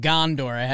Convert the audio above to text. Gondor